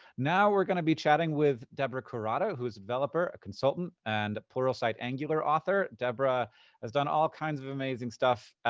now we're gonna be chatting with deborah kurata, who's a developer, a consultant, and pluralsight angular author. deborah has done all kinds of amazing stuff